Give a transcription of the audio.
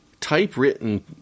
typewritten